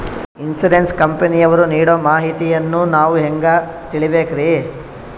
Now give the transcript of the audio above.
Insurance ಕಂಪನಿಯವರು ನೀಡೋ ಮಾಹಿತಿಯನ್ನು ನಾವು ಹೆಂಗಾ ತಿಳಿಬೇಕ್ರಿ?